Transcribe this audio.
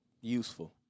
useful